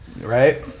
right